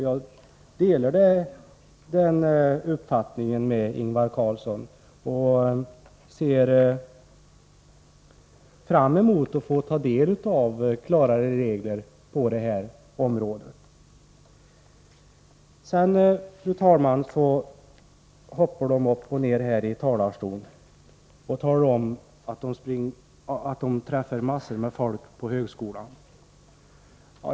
Jag delar Ingvar Carlssons uppfattning, och jag ser fram mot att få ta del av klarare regler på detta område. Här hoppar de upp och ner i talarstolen och talar om att de träffar massor av folk på högskolan.